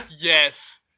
Yes